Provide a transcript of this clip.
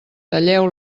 talleu